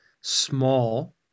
small